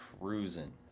cruising